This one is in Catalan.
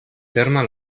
terme